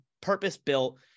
purpose-built